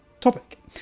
topic